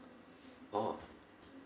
orh